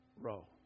row